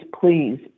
please